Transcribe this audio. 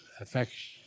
affects